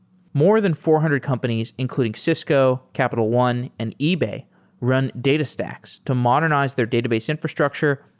more than four hundred companies including cisco, capital one, and ebay run datastax to modernize their database infrastructure,